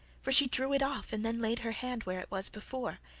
for she drew it off, and then laid her hand where it was before.